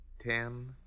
Ten